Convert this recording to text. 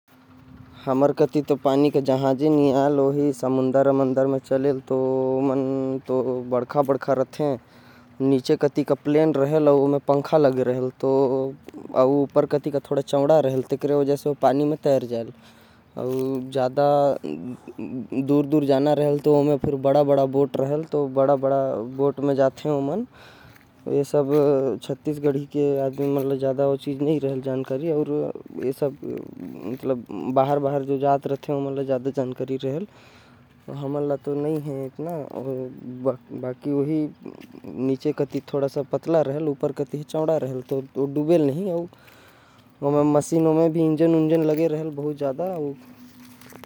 हमर कति तो पानी के जहाज चलेल नही लेकिन ओकर बनावट। जैसे होथे ओकर वजह से ओ पानी म चलथे। ओकर नीचे प्लेन होथे जेकर म पंखा लगे होथे उपर से चौड़ा होथे। जेकर अंदर इंजन भी लगे रहथे। एहि सब जहाज चलाथे।